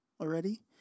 already